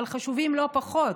אבל חשובים לא פחות.